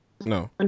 No